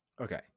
Okay